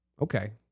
okay